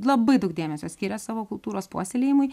labai daug dėmesio skiria savo kultūros puoselėjimui